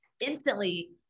instantly